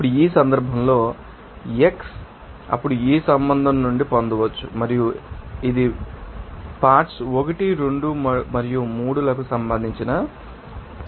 ఇప్పుడు ఈ సందర్భంలో xi అప్పుడు ఈ సంబంధం నుండి పొందవచ్చు మరియు ఇది మా పార్ట్శ్ ు 1 2 మరియు 3 లకు సంబంధించిన పోటీని మీకు ఇస్తుంది